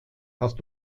hast